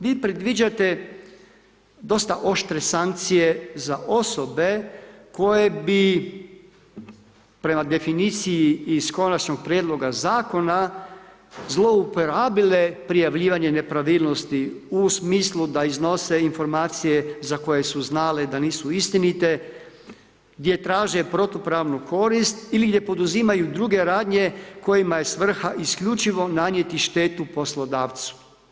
Vi predviđate dosta oštre sankcije za osobe koje bi, prema definiciji iz Konačnog prijedloga Zakona, zlouporabile prijavljivanje nepravilnosti u smislu da iznose informacije za koje su znale da nisu istinite, gdje traže protupravnu korist ili gdje poduzimanju druge radnje kojima je svrha isključivo nanijeti štetu poslodavcu.